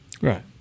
right